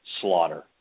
slaughter